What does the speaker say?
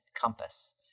compass